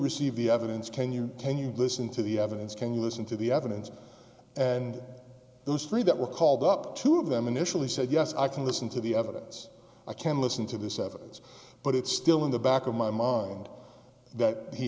receive the evidence can you can you listen to the evidence can you listen to the evidence and those three that were called up two of them initially said yes i can listen to the evidence i can listen to this evidence but it's still in the back of my mind that he